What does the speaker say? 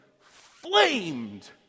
flamed